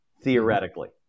theoretically